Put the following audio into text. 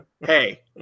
hey